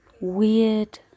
weird